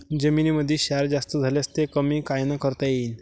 जमीनीमंदी क्षार जास्त झाल्यास ते कमी कायनं करता येईन?